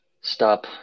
stop